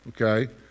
okay